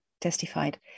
testified